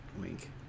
Wink